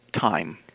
time